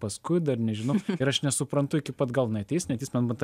paskui dar nežinau ir aš nesuprantu iki pat galo jinai ateis neateis man va tą